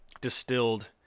distilled